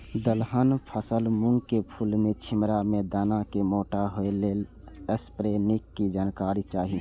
दलहन फसल मूँग के फुल में छिमरा में दाना के मोटा होय लेल स्प्रै निक के जानकारी चाही?